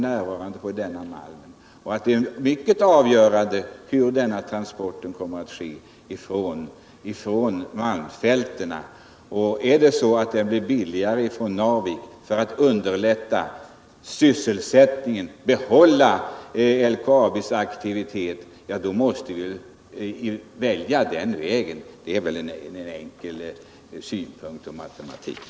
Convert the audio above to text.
Det är därför 18 maj 1978 mycket avgörande hur transporterna från malmfälten sker. Om det blir billigare att skeppa ut malmen från Narvik, måste vi välja den vägen för att kunna behålla sysselsättningen i LKAB. Det är väl en mycket enkel matematik.